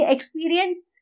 Experience